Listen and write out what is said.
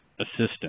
assistant